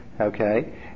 Okay